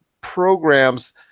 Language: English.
programs